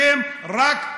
אתם רק,